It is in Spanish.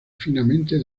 finamente